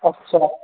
अच्छा